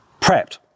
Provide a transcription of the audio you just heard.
prepped